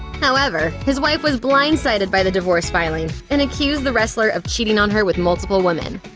however, his wife was blindsided by the divorce filing, and accused the wrestler of cheating on her with multiple women.